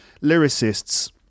lyricists